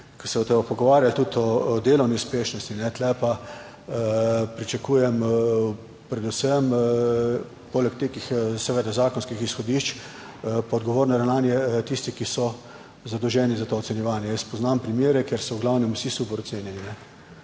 ko se boste pa pogovarjali tudi o delovni uspešnosti tu pa pričakujem predvsem poleg nekih seveda zakonskih izhodišč pa odgovorno ravnanje tistih, ki so zadolženi za to ocenjevanje. Jaz poznam primere, kjer so v glavnem vsi super ocenjeni.